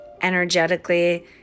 energetically